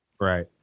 Right